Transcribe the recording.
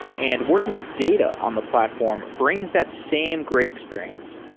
and working with data on the platform brings that same great experience.